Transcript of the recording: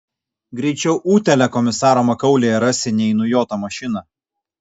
greičiau utėlę komisaro makaulėje rasi nei nujotą mašiną